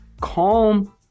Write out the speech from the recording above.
Calm